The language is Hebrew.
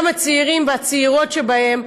גם הצעירים והצעירות שבהם,